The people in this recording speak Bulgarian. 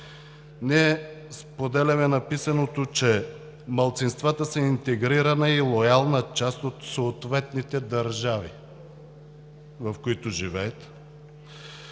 Ние споделяме написаното, че малцинствата са „интегрирана и лоялна част“ от съответните държави, в които живеят.